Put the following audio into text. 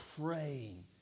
praying